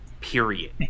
Period